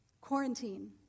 quarantine